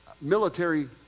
military